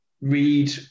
read